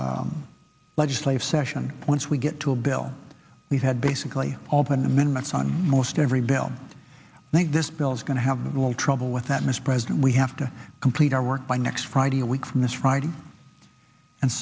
legislative session once we get to a bill we've had basically all the amendments on most every bill i think this bill is going to have a little trouble with that mr president we have to complete our work by next friday a week from this friday and